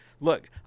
look